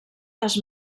les